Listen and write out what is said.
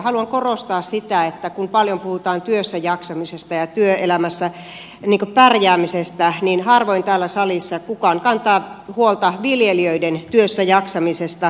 haluan korostaa sitä että kun paljon puhutaan työssäjaksamisesta ja työelämässä pärjäämisestä niin harvoin täällä salissa kukaan kantaa huolta viljelijöiden työssäjaksamisesta